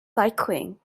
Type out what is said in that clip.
cycling